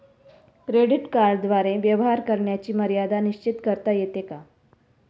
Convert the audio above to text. Credit कार्डद्वारे व्यवहार करण्याची मर्यादा निश्चित करता येते का?